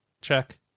Check